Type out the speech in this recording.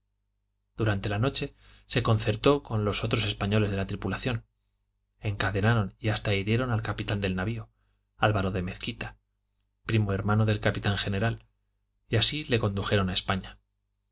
durante la noche se concertó con los otros españoles de la tripulación encadenaron y hasta hirieron al capitán del navio alvaro de mezquita primo hermano del capitán general y así le condujeron a españa